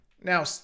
Now